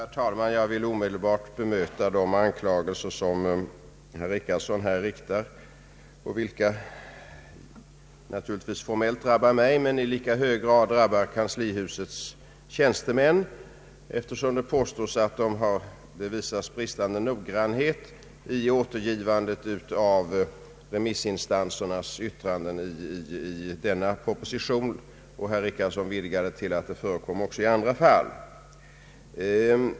Herr talman! Jag vill omedelbart bemöta de anklagelser som herr Richardson här framställer, vilka naturligtvis formellt drabbar mig, men i lika hög grad kanslihusets tjänstemän, eftersom det påstås att bristande noggrannhet visats vid återgivningen av remissinstansernas yttranden i denna proposition. Herr Richardson vidgade sin anklagelse till att dylikt förekommer också i andra fall.